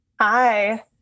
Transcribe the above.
Hi